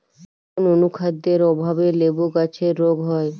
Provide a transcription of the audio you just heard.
কোন অনুখাদ্যের অভাবে লেবু গাছের রোগ হয়?